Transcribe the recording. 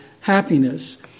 happiness